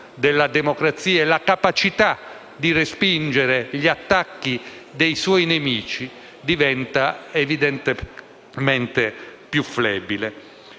la capacità di respingere gli attacchi dei suoi nemici diventa evidentemente più flebile.